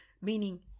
meaning